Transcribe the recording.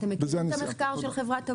אתם מכירים את המחקר של חברת תבור?